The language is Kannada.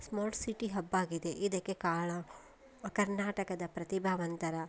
ಸ್ಮಾರ್ಟ್ ಸಿಟಿ ಹಬ್ ಆಗಿದೆ ಇದಕ್ಕೆ ಕಾರಣ ಕರ್ನಾಟಕದ ಪ್ರತಿಭಾವಂತರ